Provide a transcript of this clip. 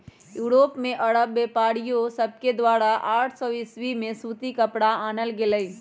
Europe में अरब व्यापारिय सभके द्वारा आठ सौ ईसवी में सूती कपरा आनल गेलइ